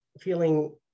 feeling